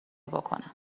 بکنم